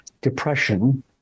depression